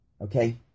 Okay